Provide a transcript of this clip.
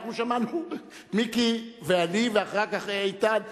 אנחנו שמענו, מיקי ואני, ואחר כך איתן כבל,